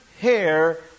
hair